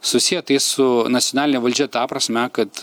susiję tai su nacionaline valdžia ta prasme kad